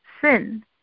sin